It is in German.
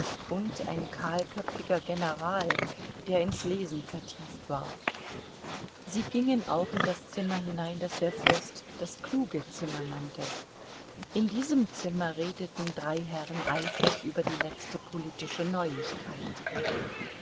und ein kahlköpfiger general der ins lesen vertieft war sie gingen auch in das zimmer hinein das der fürst das kluge zimmer nannte in diesem zimmer redeten drei herren eifrig über die letzte politische neuigkeit